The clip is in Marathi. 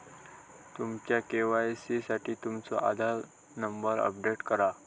तुमच्या के.वाई.सी साठी तुमचो आधार नंबर अपडेट करा